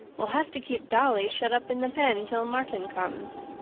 we'll have to keep dolly shut up in the pen till martin comes,